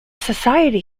society